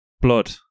blood